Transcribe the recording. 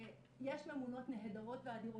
יש ממונות נהדרות ואדירות,